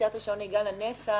פסילת רישיון נהיגה לנצח,